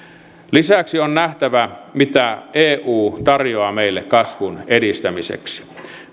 lisäksi on nähtävä mitä eu tarjoaa meille kasvun edistämiseksi